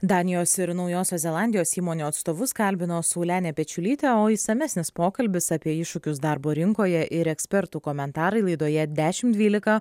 danijos ir naujosios zelandijos įmonių atstovus kalbino saulenė pečiulytė o išsamesnis pokalbis apie iššūkius darbo rinkoje ir ekspertų komentarai laidoje dešim dvylika